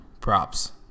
props